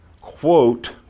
quote